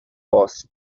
post